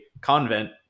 convent